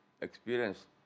experience